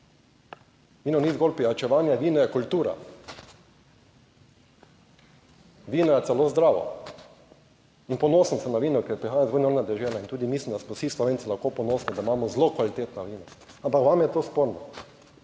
Vino ni zgolj pijančevanje, vino je kultura. Vino je celo zdravo. In ponosen sem na vino, ker prihaja iz /nerazumljivo/ dežela in tudi mislim, da smo vsi Slovenci lahko ponosni, da imamo zelo kvalitetna vina. Ampak vam je to sporno.